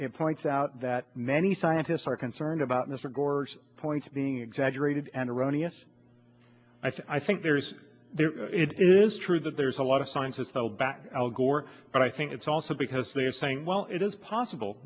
it points out that many scientists are concerned about mr gore's points being exaggerated and erroneous i think there is there it is true that there's a lot of science it's held back al gore but i think it's also because they are saying well it is possible